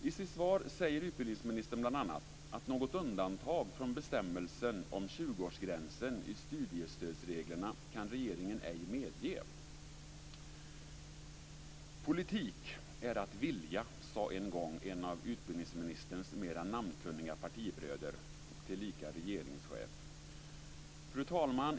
I sitt svar säger utbildningsministern bl.a. att något undantag från bestämmelsen om 20-årsgränsen i studiestödsreglerna kan regeringen ej medge. Politik är att vilja, sade en gång en av utbildningsministerns mer namnkunniga partibröder tillika regeringschef. Fru talman!